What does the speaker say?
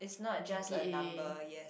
G T A